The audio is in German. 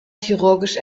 chirurgisch